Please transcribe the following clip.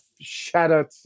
shattered